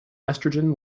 estrogen